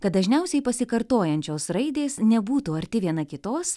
kad dažniausiai pasikartojančios raidės nebūtų arti viena kitos